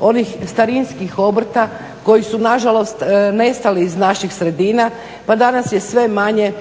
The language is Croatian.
onih starinskih obrta koji su nažalost nestali iz naših sredina pa danas je sve manje